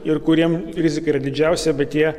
ir kuriem rizika yra didžiausia bet jie